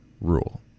rule